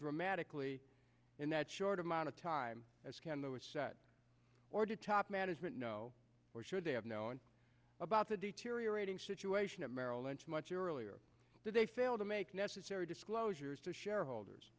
dramatically in that short amount of time as can those set or did top management know or should they have known about the deteriorating situation at merrill lynch much earlier that they failed to make necessary disclosures to shareholders